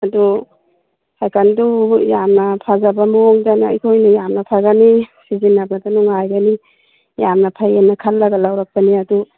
ꯑꯗꯣ ꯁꯥꯏꯀꯜꯗꯨꯕꯨ ꯌꯥꯝꯅ ꯐꯖꯕ ꯃꯑꯣꯡꯗꯅ ꯑꯩꯈꯣꯏꯅ ꯌꯥꯝꯅ ꯐꯖꯅꯤ ꯁꯤꯖꯤꯟꯅꯕꯗ ꯅꯨꯡꯉꯥꯏꯒꯅꯤ ꯌꯥꯝꯅ ꯐꯩꯌꯦꯅ ꯈꯜꯂꯒ ꯂꯧꯔꯛꯄꯅꯤ ꯑꯗꯨ